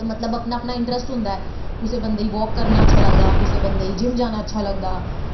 मतलब अपना अपना इंटरस्ट होंदा ऐ कुसै बंदे गी वॉक करना अच्छा लगदा कुसै बंदे गी जिम जाना अच्छा लगदा